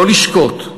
לא לשקוט,